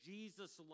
Jesus